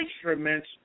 instruments